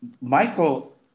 michael